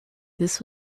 this